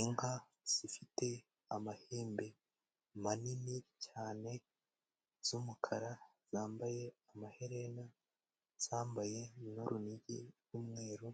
Inka zifite amahembe manini cyane, z'umukara zambaye amaherena ,zambaye n'urunigi rw'umweru,